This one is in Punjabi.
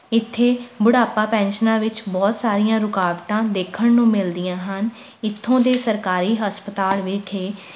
ਇੱਥੇ ਬੁਢਾਪਾ ਪੈਨਸ਼ਨਾਂ ਵਿੱਚ ਬਹੁਤ ਸਾਰੀਆਂ ਰੁਕਾਵਟਾਂ ਦੇਖਣ ਨੂੰ ਮਿਲਦੀਆਂ ਹਨ ਇੱਥੋਂ ਦੇ ਸਰਕਾਰੀ ਹਸਪਤਾਲ ਵਿਖੇ